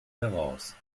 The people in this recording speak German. heraus